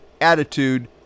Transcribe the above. attitude